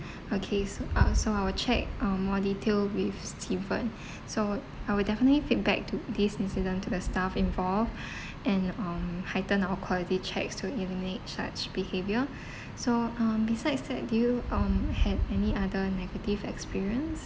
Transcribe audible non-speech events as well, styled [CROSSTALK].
okay s~ uh so I will check uh more detail with steven [BREATH] so I will definitely feedback to this incident to the staff involved [BREATH] and um heighten our quality checks to eliminate such behaviour [BREATH] so uh besides that do you um have any other negative experience